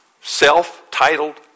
self-titled